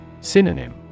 Synonym